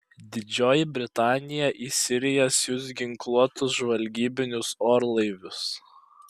didžioji britanija į siriją siųs ginkluotus žvalgybinius orlaivius